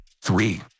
three